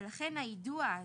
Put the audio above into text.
ולכן היידוע הזה,